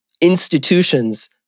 institutions